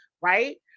right